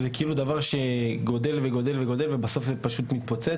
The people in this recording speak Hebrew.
וזה כאילו דבר שגודל וגודל עד שזה מתפוצץ,